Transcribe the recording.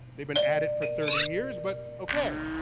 they've been at it for thirty years, but okay.